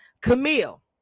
Camille